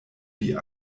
die